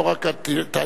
לא רק עד טייבה.